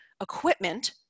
equipment